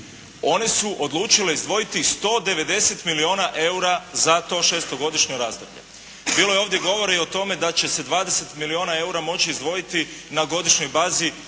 one su odlučile izdvojiti 190 milijuna eura za to šestogodišnje razdoblje. Bilo je ovdje govora i o tome da će se 20 milijuna eura moći izdvojiti na godišnjoj bazi